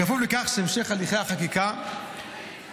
-- בכפוף לכך שבהמשך הליכי החקיקה יקודמו